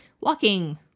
Walking